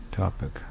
topic